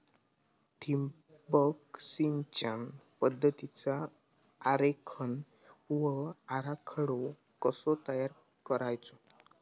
ठिबक सिंचन पद्धतीचा आरेखन व आराखडो कसो तयार करायचो?